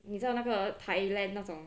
你知道那个 Thailand 那种